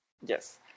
Yes